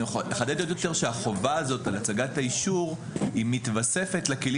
אני אחדד עוד יותר ואומר שהחובר הזאת על הצגת האישור מתווספת לכלים